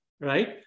right